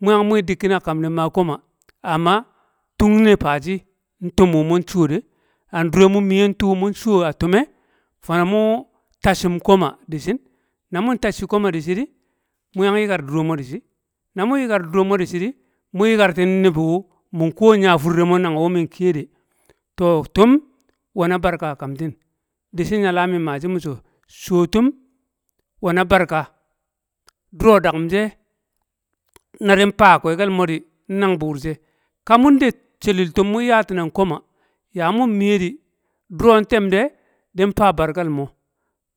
mu yang wmi dikkir a kamme maa koma amma tung ne faa shi, ntum wu wman shiwo de. an durmu miyentuu muntaa a tume, fono mu taci um koma dishi. na mun tacci koma di shi di, mu yag yikar dure̱ mo̱ dishi̱, a mu yika dure mo dishi̱ di, mu yikar ti ubu mu̱ kuwe a gyafur e mo aag wu mi kiye de to, tum nwe na barka a kamshi dishi nyala mi maa shi mi so, shuwo tum nwe̱ a barka, dure daku̱m she a di fa a kwekel mo̱ di̱, nnang bu̱u̱r she, ka mun de̱ so lil tum mun yatin ar koma, ya mun yatin an koma, ya mun miye di duro̱n tem de, din faa barkal mo.